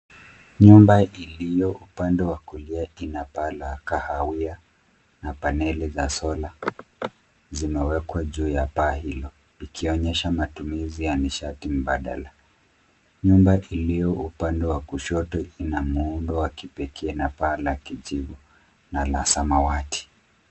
Nyumba iliyo upande wa kulia inapata la kahawia na paneli za soka zimewekwa juu ya paa hilo ikionyesha matumizi ya ni shati badala. Nyumba iliyo upande wa kushoto inamuundo wa kipekee na paa la kijivu na la samawati.